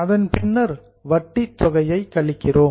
அதன் பின்னர் வட்டித் தொகையை கழிக்கிறோம்